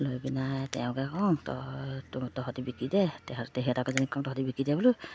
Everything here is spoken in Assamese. লৈ পিনে তেওঁকে কওঁ ত তহঁতি বিকি দে তেহ তহঁতক যেনেকৈ কওঁ তহঁতি বিকি দে বোলো